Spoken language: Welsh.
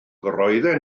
roedden